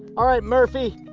all right murphy,